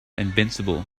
invincible